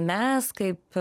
mes kaip